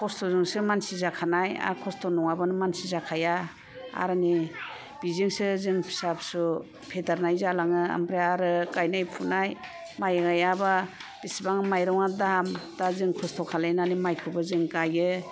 खस्थ'जोंसो मानसि जाखानाय आरो खस्थ' नङाबानो मानसि जाखाया आरो नै बिजोंसो जों फिसा फिसौ फेदेरनाय जालाङो आमफ्राय आरो गायनाय फुनाय माय गायाबा बिसिबां मायरंआ दाम दा जों खस्थ' खालामनानै मायखौबो जों गायो